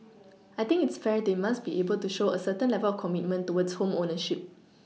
I think it's fair they must be able to show a certain level of commitment towards home ownership